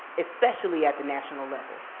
especially at the national level.